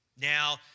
Now